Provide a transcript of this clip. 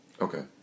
Okay